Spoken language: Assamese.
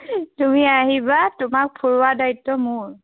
তুমি আহিবা তোমাক ফুৰুৱা দায়িত্ব মোৰ